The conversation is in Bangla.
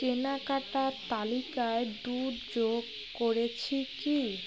কেনাকাটার তালিকায় দুধ যোগ করেছি কি